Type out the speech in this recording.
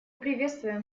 приветствуем